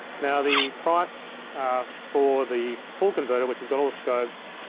now the price for the full converter, which has got all the scopes,